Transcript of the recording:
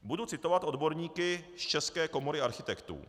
Budu citovat odborníky z České komory architektů: